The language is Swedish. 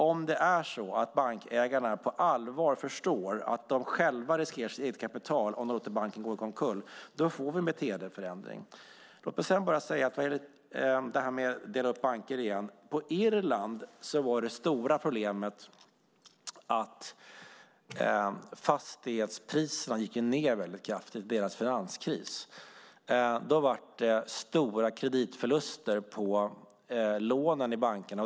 Om bankägarna på allvar förstår att de riskerar sitt eget kapital om de låter banken gå omkull får vi en beteendeförändring. Jag vill också kommentera frågan om att dela upp banker. På Irland var det stora problemet att fastighetspriserna gick ned kraftigt under finanskrisen. Det blev stora kreditförluster på lånen i bankerna.